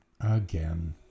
again